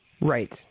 Right